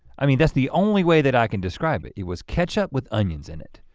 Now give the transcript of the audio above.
i mean that's the only way that i can describe it. it was ketchup with onions in it.